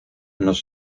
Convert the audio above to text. nos